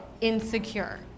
insecure